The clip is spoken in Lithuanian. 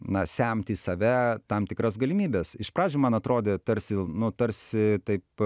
na semt į save tam tikras galimybes iš pradžių man atrodė tarsi nu tarsi taip